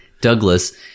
Douglas